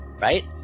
right